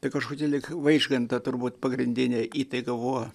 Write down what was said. tai kažkokia lyg vaižganto turbūt pagrindinė įtaiga buvo